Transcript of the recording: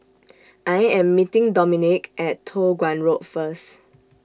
I Am meeting Domonique At Toh Guan Road First